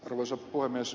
arvoisa puhemies